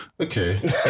okay